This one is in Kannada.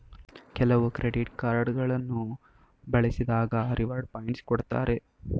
ಕೆಲವು ಕ್ರೆಡಿಟ್ ಕಾರ್ಡ್ ಗಳನ್ನು ಬಳಸಿದಾಗ ರಿವಾರ್ಡ್ ಪಾಯಿಂಟ್ಸ್ ಕೊಡ್ತಾರೆ